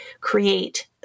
create